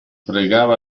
pregava